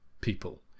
people